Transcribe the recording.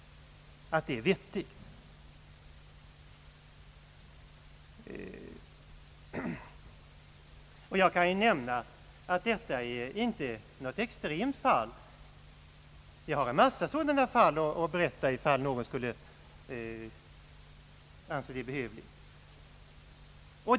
Men detta är inte något extremt fall. Jag har en massa sådana fall att berätta, om någon skulle anse det behövligt.